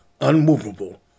unmovable